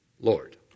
Lord